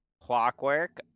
Clockwork